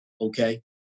Okay